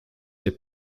ses